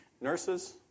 Nurses